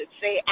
say